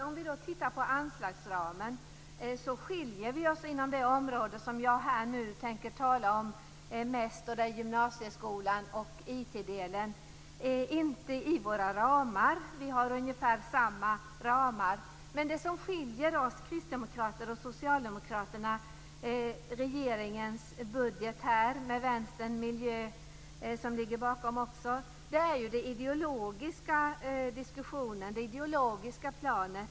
Om vi tittar på anslagsramen så skiljer vi oss inom det område som jag nu tänker tala om mest, nämligen gymnasieskolan och IT-delen. Vi skiljer oss inte i våra ramar. Vi har ungefär samma ramar, men det som skiljer det kristdemokratiska budgetförslaget från regeringens budget, som Socialdemokraterna, Vänstern och Miljöpartiet står bakom, är den ideologiska diskussionen.